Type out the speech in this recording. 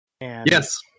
Yes